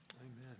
Amen